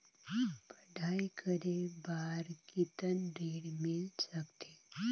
पढ़ाई करे बार कितन ऋण मिल सकथे?